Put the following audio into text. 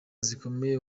zikomeye